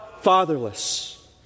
fatherless